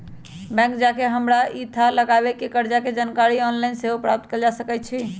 bank जा कऽ हमरा इ थाह लागल कि कर्जा के जानकारी ऑनलाइन सेहो प्राप्त कएल जा सकै छै